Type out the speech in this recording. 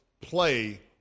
play